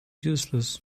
useless